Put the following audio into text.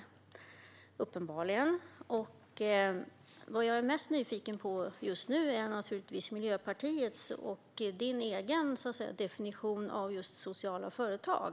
Just nu är jag mest nyfiken på Miljöpartiets och din egen definition av sociala företag.